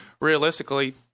realistically